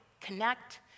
connect